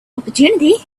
opportunity